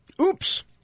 Oops